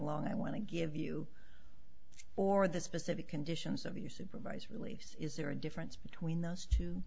long i want to give you or the specific conditions of your supervised release is there a difference between those t